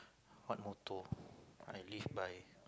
what motto I live by